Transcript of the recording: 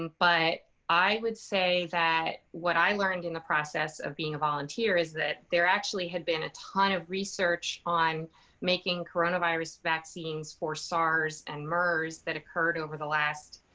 but i would say that what i learned in the process of being a volunteer is that there actually had been ton of research on making coronavirus vaccines for sars and mers that occurred over the last,